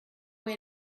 way